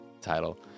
title